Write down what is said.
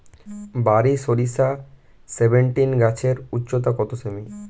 বারি সরিষা সেভেনটিন গাছের উচ্চতা কত সেমি?